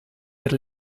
per